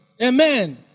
Amen